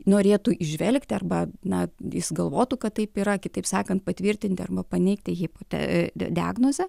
norėtų įžvelgti arba na jis galvotų kad taip yra kitaip sakant patvirtinti arba paneigti hipote diagnozę